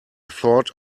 thought